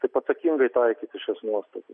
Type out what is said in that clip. taip atsakingai taikyti šias nuostatas